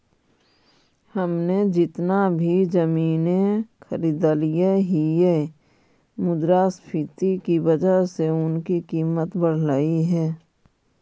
हमने जितना भी जमीनें खरीदली हियै मुद्रास्फीति की वजह से उनकी कीमत बढ़लई हे